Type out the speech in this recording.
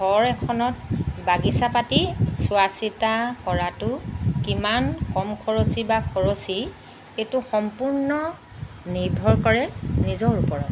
ঘৰ এখনত বাগিচা পাতি চোৱা চিতা কৰাটো কিমান কম খৰচী বা খৰচী এইটো সম্পূৰ্ণ নিৰ্ভৰ কৰে নিজৰ ওপৰত